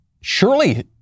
surely